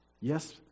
Yes